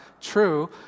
true